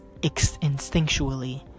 instinctually